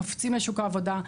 קופצים לשוק העבודה.